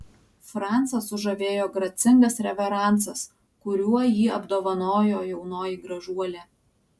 francą sužavėjo gracingas reveransas kuriuo jį apdovanojo jaunoji gražuolė